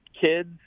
kids